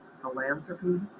philanthropy